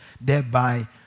thereby